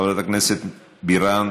חברת הכנסת בירן,